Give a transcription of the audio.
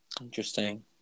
Interesting